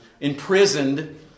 imprisoned